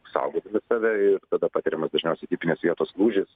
saugotumėt save ir tada patiriamas dažniausiai tipinės vietos lūžis